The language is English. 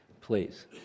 Please